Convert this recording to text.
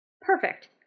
Perfect